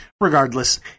Regardless